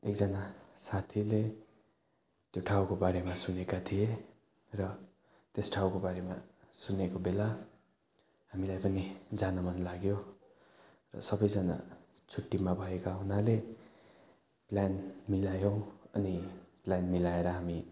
एकजना साथीले त्यो ठाउँको बारेमा सुनेका थिए र त्यस ठाउँको बाारेमा सुनेको बेला हामीलाई पनि जान मन लाग्यो र सबैजना छुट्टीमा भएका हुनाले प्लान मिलायौँ अनि प्लान मिलाएर हामी